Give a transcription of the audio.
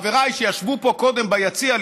חבריי שישבו פה קודם ביציע,